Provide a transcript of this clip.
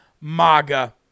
MAGA